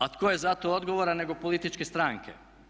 A tko je za to odgovoran nego političke stranke?